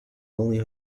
only